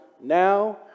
now